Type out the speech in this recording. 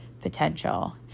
potential